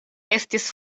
estis